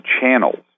channels